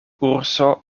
urso